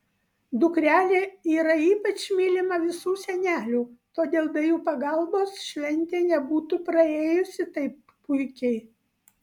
dukrelė yra ypač mylima visų senelių todėl be jų pagalbos šventė nebūtų praėjusi taip puikiai